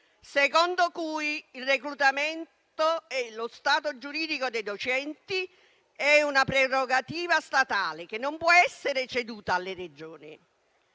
secondo cui il reclutamento e lo stato giuridico dei docenti è una prerogativa statale, che non può essere ceduta alle Regioni.